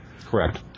Correct